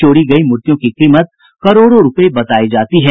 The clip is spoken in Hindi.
चोरी गयी मूर्तियों की कीमत करोड़ों रूपये बतायी जाती है